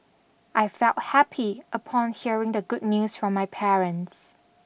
I felt happy upon hearing the good news from my parents